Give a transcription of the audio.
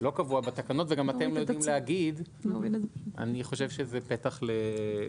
לא קבוע בתקנות וגם אתם לא יודעים להגיד אני חושב שזה פתח לבעיות.